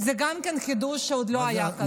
גם זה חידוש, עוד לא היה כזה.